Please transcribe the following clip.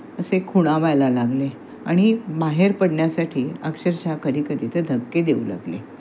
असे खुणावायला लागले आणि बाहेर पडण्यासाठी अक्षरशः कधीकधी तर धक्के देऊ लागले